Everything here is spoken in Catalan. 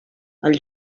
els